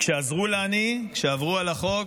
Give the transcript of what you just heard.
וכשעזרו לעני, כשעברו על החוק,